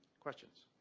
questions?